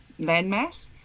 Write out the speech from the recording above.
landmass